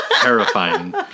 terrifying